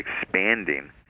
expanding